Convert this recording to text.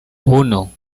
uno